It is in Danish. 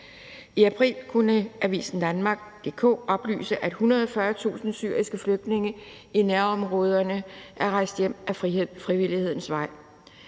I april kunne Avisen Danmark oplyse, at 140.000 syriske flygtninge i nærområderne er rejst hjem ad frivillighedens vej.